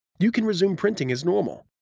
you can resume printing as normal.